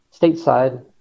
stateside